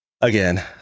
Again